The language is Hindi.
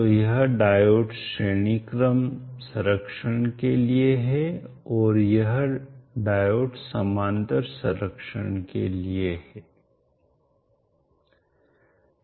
तो यह डायोड श्रेणी क्रम संरक्षण के लिए है और यह डायोड समानांतर संरक्षण के लिए है